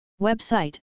Website